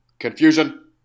Confusion